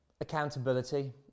accountability